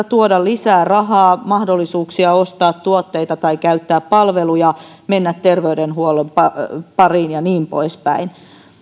tuoda lisää rahaa ja mahdollisuuksia ostaa tuotteita tai käyttää palveluja tai mennä terveydenhuollon pariin ja niin poispäin